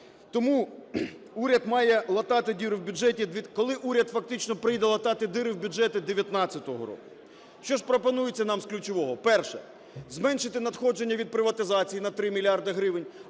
прийде латати діри в бюджеті 19-го року. Що ж пропонується нам з ключового? Перше. Зменшити надходження від приватизації на 3 мільярди